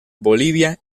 bolivia